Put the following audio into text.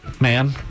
Man